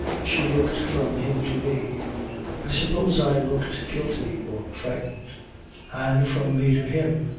she looked from him to me i suppose i looked guilty or frightened and from me to him,